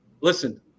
listen